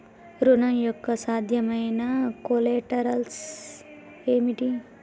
ఋణం యొక్క సాధ్యమైన కొలేటరల్స్ ఏమిటి?